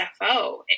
SFO